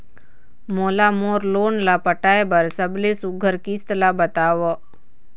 मोला मोर लोन ला पटाए बर सबले सुघ्घर किस्त ला बताव?